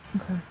okay